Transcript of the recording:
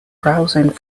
browsing